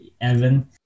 Evan